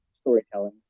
storytelling